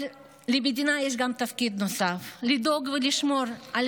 אבל למדינה יש גם תפקיד נוסף: לדאוג ולשמור על